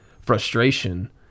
frustration